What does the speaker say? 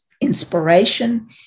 inspiration